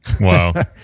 Wow